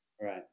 Right